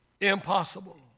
impossible